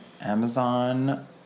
Amazon